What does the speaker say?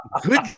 Good